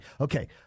okay